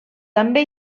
també